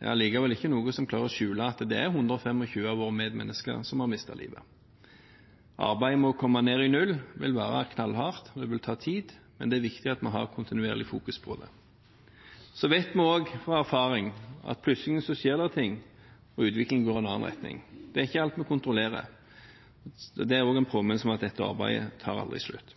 er allikevel ikke noe som klarer å skjule at det er 125 av våre medmennesker som har mistet livet. Arbeidet med å komme ned i 0 vil være knallhardt, det vil ta tid, men det er viktig at vi kontinuerlig fokuserer på det. Av erfaring vet vi også at plutselig skjer det ting, og utviklingen går i en annen retning. Det er ikke alt vi kontrollerer. Det er også en påminnelse om at dette arbeidet aldri tar slutt.